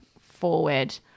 forward